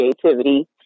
creativity